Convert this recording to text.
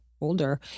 older